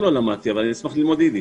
יידיש לא למדתי, אבל אני אשמח ללמוד יידיש.